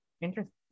interesting